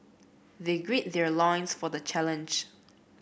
they gird their loins for the challenge